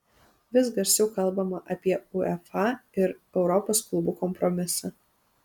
vis garsiau kalbama apie uefa ir europos klubų kompromisą